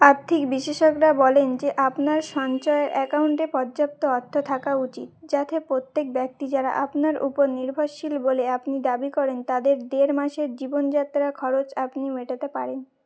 আতথিক বিশেষকরা বলেন যে আপনার সঞ্চয়ের অ্যাকাউন্টে পর্যাপ্ত অর্থ থাকা উচিত যাথ প্রত্যেক ব্যক্তি যারা আপনার উপর নির্ভরশীল বলে আপনি দাবি করেন তাদের দেড় মাসের জীবনযাত্রা খরচ আপনি মেটােতে পারেন